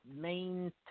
main